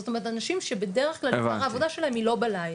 זאת אומרת אנשים שבדרך כלל עיקר העבודה שלהם היא לא בלילה,